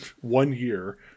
one-year